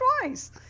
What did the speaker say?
twice